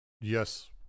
yes